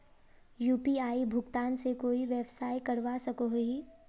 UPI भुगतान से कोई व्यवसाय करवा सकोहो ही?